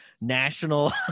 national